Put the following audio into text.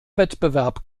wettbewerb